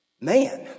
man